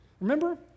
Remember